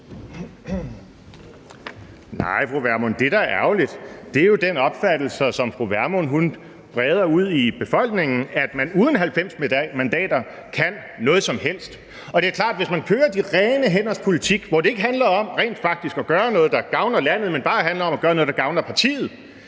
jeg sige til fru Vermund, er jo den opfattelse, som fru Vermund udbreder i befolkningen, nemlig at man uden 90 mandater kan noget som helst. Det er klart, at hvis man fører de rene hænders politik, hvor det ikke handler om rent faktisk at gøre noget, der gavner landet, men bare handler om at gøre noget, der gavner partiet,